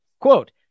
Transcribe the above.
Quote